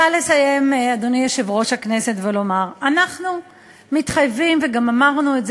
אנחנו חוזרים ואומרים את זה